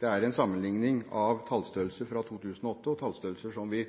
Det er en sammenligning av tallstørrelser fra 2008 og tallstørrelser som vi